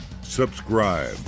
subscribe